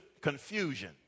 confusion